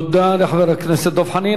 תודה לחבר הכנסת דב חנין.